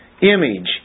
image